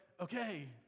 okay